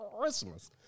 Christmas